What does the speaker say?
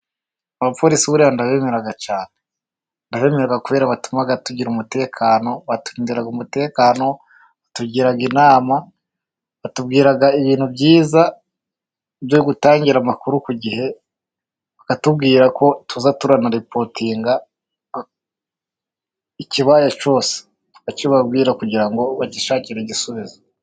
Abapolisi buriya ndabemera cyane. Ndabemera kubera batuma tugira umutekano, baturindira umutekano, batugira inama, batubwira ibintu byiza byo gutangira amakuru ku gihe, bakatubwira ko tuza turanaripotinga ikibaye cyose. Tukakibabwira kugira ngo bagishakire igisubizo.